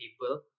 people